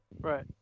Right